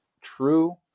true